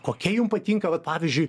kokia jum patinka vat pavyzdžiui